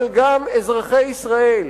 אבל גם אזרחי ישראל,